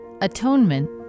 Atonement